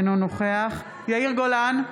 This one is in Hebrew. אינו נוכח יאיר גולן,